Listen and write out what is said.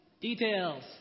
details